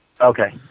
Okay